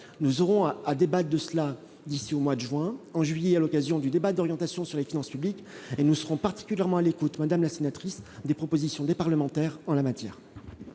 nous aurons à à débatte de cela d'ici au mois de juin, en juillet, à l'occasion du débat d'orientation sur les finances publiques et nous serons particulièrement à l'écoute, madame la sénatrice des propositions des parlementaires en la matière.